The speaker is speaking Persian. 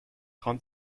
خوام